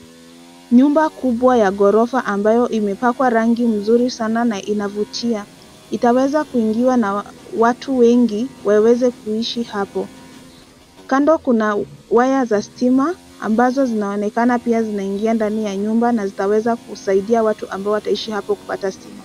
Nyumba kubwa ya ghorofa ambayo imepakwa rangi mzuri sana na inavutia, itaweza kuingiwa na watu wengi, waweze kuishi hapo. Kando kuna waya za stima, ambazo zinaonekana pia zinaingia ndani ya nyumba, na zitaweza kusaidia watu ambao wataishi hapo kupata stima.